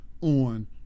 on